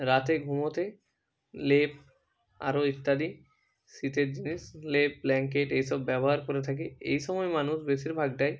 রাতে ঘুমোতে লেপ আরও ইত্যাদি শীতের জিনিস লেপ ব্ল্যাঙ্কেট এই সব ব্যবহার করে থাকে এই সময় মানুষ বেশীরভাগটাই